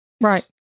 Right